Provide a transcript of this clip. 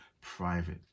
private